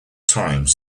times